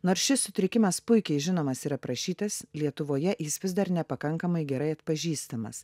nors šis sutrikimas puikiai žinomas ir aprašytas lietuvoje jis vis dar nepakankamai gerai atpažįstamas